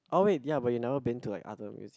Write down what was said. oh wait ya but you never been to like other museum